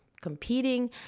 competing